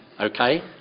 Okay